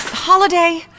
Holiday